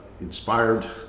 inspired